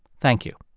thank you.